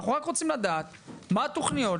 ואנחנו רק רוצים לדעת מה התוכניות,